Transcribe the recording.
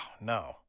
no